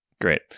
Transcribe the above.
Great